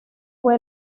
fue